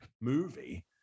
movie